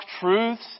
truths